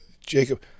Jacob